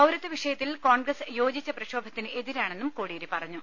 പൌരത്വവിഷയത്തിൽ കോൺഗ്രസ് യോജിച്ചപ്രക്ഷാഭത്തിന് എതിരാണെന്നും കോടിയേരി പറഞ്ഞു